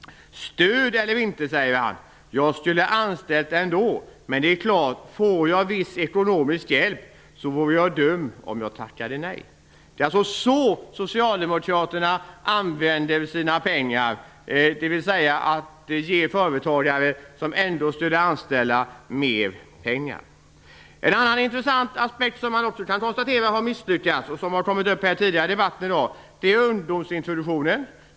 Stöd eller inte, säger Roland Alm. Jag skulle ha anställt ändå, men det är klart att får jag viss ekonomisk hjälp så vore jag dum om jag tackade nej. Det är alltså så Socialdemokraterna använder sina pengar, dvs. de ger mer pengar till företagare som ändå skulle anställa. Ett annat intressant projekt som man kan konstatera har misslyckats och som har kommit upp tidigare i debatten i dag är ungdomsintroduktionen.